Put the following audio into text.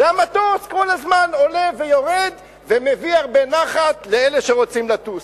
והמטוס כל הזמן עולה ויורד ומביא הרבה נחת לאלה שרוצים לטוס.